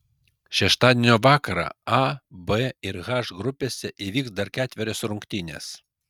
šeštadienio vakarą a b ir h grupėse įvyks dar ketverios rungtynės